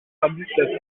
arbustes